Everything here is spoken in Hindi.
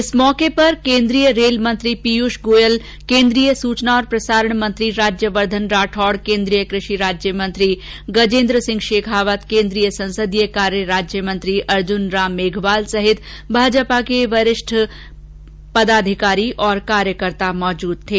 इस मौके पर केंद्रीय रेल मंत्री पीयूष गोयल केंद्रीय सूचना और प्रसारण मंत्री राज्यवर्धन राठौड केंद्रीय कृषि राज्य मंत्री गजेन्द्र सिंह शेखावत केंद्रीय संसदीय कार्य राज्यमंत्री अर्ज्नराम मेघवाल समेत भाजपा के वरिष्ठ कार्यकर्ता भी मौजूद थे